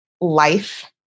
life